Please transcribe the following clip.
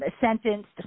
sentenced